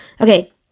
Okay